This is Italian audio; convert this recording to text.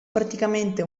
praticamente